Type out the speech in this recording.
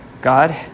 God